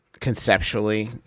conceptually